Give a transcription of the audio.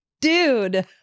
Dude